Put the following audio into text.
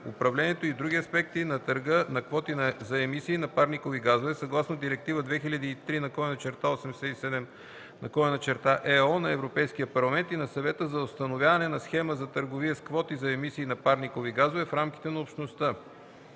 управлението и други аспекти на търга на квоти за емисии на парникови газове съгласно Директива 2003/87/ЕО на Европейския парламент и на Съвета за установяване на схема за търговия с квоти за емисии на парникови газове в рамките на Общността